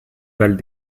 balles